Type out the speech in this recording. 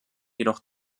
jedoch